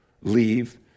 leave